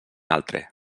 altre